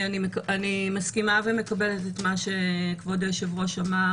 אני מסכימה ומקבלת את מה שכבוד היושב-ראש אמר